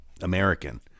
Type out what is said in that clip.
american